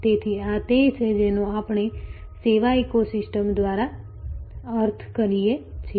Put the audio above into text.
તેથી આ તે છે જેનો આપણે સેવા ઇકોસિસ્ટમ દ્વારા અર્થ કરીએ છીએ